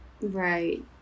Right